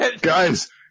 Guys